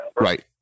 Right